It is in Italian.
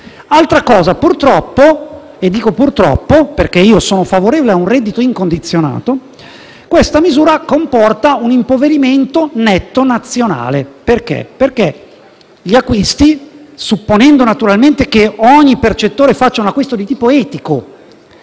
perde. Purtroppo - e dico purtroppo, perché personalmente sono favorevole a un reddito incondizionato - questa misura comporta un impoverimento netto nazionale, perché gli acquisti, supponendo naturalmente che ogni percettore faccia un acquisto di tipo etico,